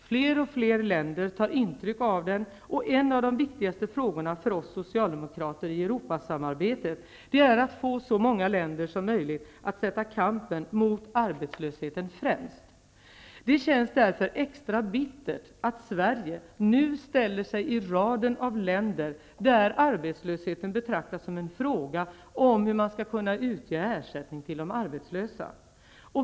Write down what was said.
Fler och fler länder tar intryck av den, och en av de viktigaste frågorna för oss socialdemokrater i Europasamarbetet är att få så många länder som möjligt att sätta kampen mot arbetslösheten främst. Det känns därför extra bittert att Sverige nu ställer sig i raden av länder där arbetslösheten betraktas som en fråga om hur man skall kunna utge ersättning till de arbetslösa.